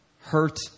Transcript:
hurt